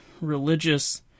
religious